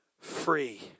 free